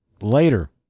later